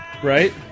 Right